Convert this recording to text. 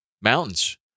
mountains